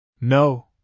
No